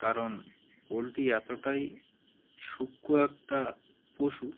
কারণ পোলট্রি এতটাই সূক্ষ্ম একটা পশু